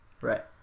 Right